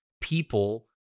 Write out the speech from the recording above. people